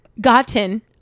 gotten